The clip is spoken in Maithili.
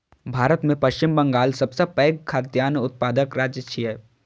भारत मे पश्चिम बंगाल सबसं पैघ खाद्यान्न उत्पादक राज्य छियै